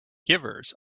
givers